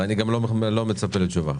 ואני לא מצפה לתשובה.